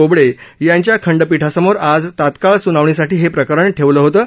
बोबडे यांच्या खंडपिठासमोर आज तत्काळ सुनावणीसाठी हे प्रकरण ठेवण्यात आलं होतं